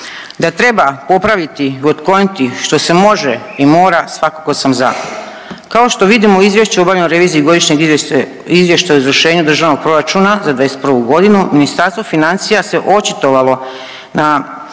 Da treba popraviti i otkloniti što se može i mora svakako sam za. Kao što vidimo u Izvješću o obavljenoj reviziji Godišnjeg izvještaja o izvršenju Državnog proračuna za '21. godinu Ministarstvo financija se očitovalo na